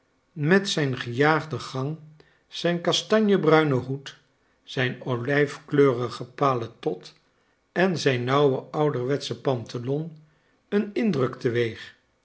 met zijn gejaagden gang zijn kastanjebruinen hoed zijn olijfkleurige paletot en zijn nauwe ouderwetsche pantalon een indruk te